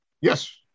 Yes